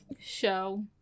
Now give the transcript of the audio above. show